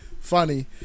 funny